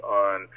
on